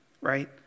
right